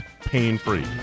pain-free